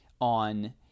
on